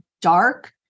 dark